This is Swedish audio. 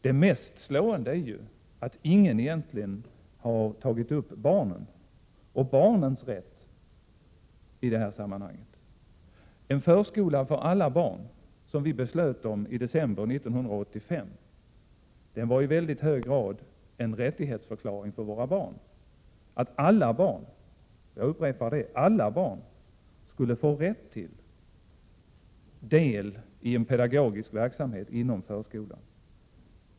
Det mest slående är ju att ingen egentligen har tagit upp barnen och barnens rätt i det här sammanhanget. En förskola för alla barn, som vi beslöt om i december 1985, var i hög grad en rättighetsförklaring för våra barn. Alla barn — jag upprepar det, alla barn — skulle få rätt till en pedagogisk verksamhet inom förskolan.